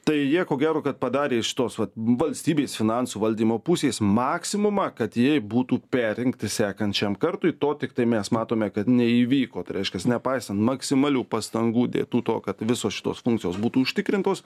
tai jie ko gero kad padarė iš tos vat valstybės finansų valdymo pusės maksimumą kad jie būtų perrinkti sekančiam kartui to tiktai mes matome kad neįvyko tai reiškias nepaisant maksimalių pastangų dėtų to kad visos šitos funkcijos būtų užtikrintos